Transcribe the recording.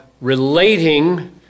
relating